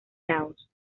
laos